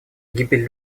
гибель